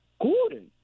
Gordon